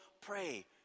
pray